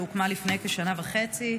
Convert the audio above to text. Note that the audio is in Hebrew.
שהוקמה לפני כשנה וחצי,